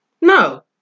No